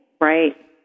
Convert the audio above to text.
Right